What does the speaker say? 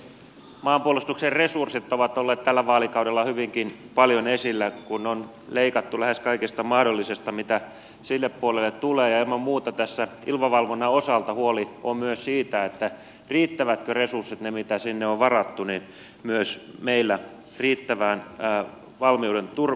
maanpuolustuksen resurssit ovat olleet tällä vaalikaudella hyvinkin paljon esillä kun on leikattu lähes kaikesta mahdollisesta mitä sille puolelle tulee ja ilman muuta tässä ilmavalvonnan osalta huoli on myös siitä riittävätkö ne resurssit mitä sinne on varattu myös meillä riittävän valmiuden turvaamiseen